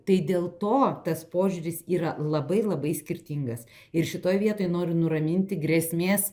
tai dėl to tas požiūris yra labai labai skirtingas ir šitoj vietoj noriu nuraminti grėsmės